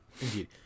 Indeed